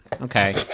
Okay